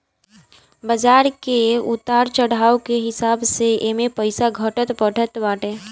बाजार के उतार चढ़ाव के हिसाब से एमे पईसा घटत बढ़त बाटे